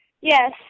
Yes